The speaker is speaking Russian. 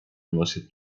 носит